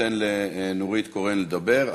אני רק אסביר מה יקרה לפני שאתן לנורית קורן לדבר.